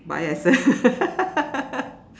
Bio Essence